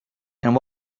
and